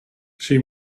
she